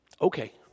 Okay